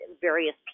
various